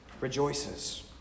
rejoices